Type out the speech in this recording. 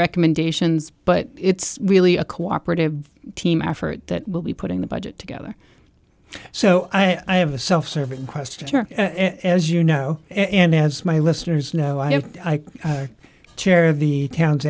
recommendations but it's really a cooperative team effort that will be putting the budget together so i have a self serving question as you know and as my listeners know i have chair of the town